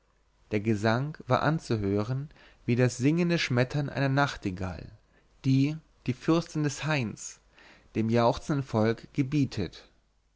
der gesang war anzuhören wie das siegende schmettern einer nachtigall die die fürstin des hains dem jauchzenden volk gebietet